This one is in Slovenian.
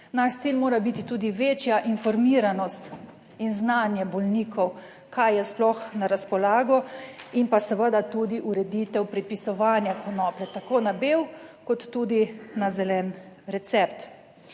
naš cilj mora biti tudi večja informiranost in znanje bolnikov, kaj je sploh na razpolago in pa seveda tudi ureditev prepisovanja konoplje, tako na bel kot tudi na zelen recept.